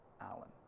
Alan